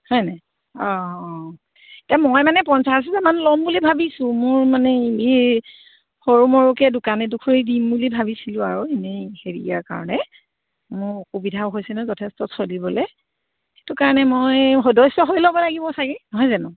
হয়নে অঁ অঁ এতিয়া মই মানে পঞ্চাছ হাজাৰমান ল'ম বুলি ভাবিছোঁ মোৰ মানে ই সৰু মৰুকৈ দোকান এডোখৰ দিম বুলি ভাবিছিলোঁ আৰু এনেই হেৰিয়াৰ কাৰণে মোৰ অসুবিধাও হৈছে নহয় যথেষ্ট চলিবলৈ সেইটো কাৰণে মই সদস্য হৈ ল'ব লাগিব চাগে নহয় জানো